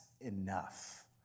Enough